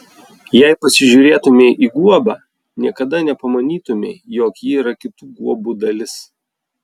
jei pasižiūrėtumei į guobą niekada nepamanytumei jog ji yra kitų guobų dalis